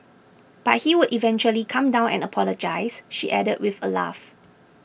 but he would eventually calm down and apologise she added with a laugh